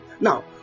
Now